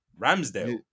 Ramsdale